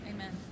Amen